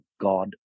God